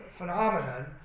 phenomenon